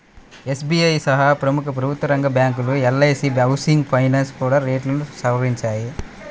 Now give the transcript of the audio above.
SBI సహా ప్రముఖ ప్రభుత్వరంగ బ్యాంకులు, ఎల్.ఐ.సీ హౌసింగ్ ఫైనాన్స్ కూడా రేట్లను సవరించాయి